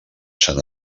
sant